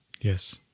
Yes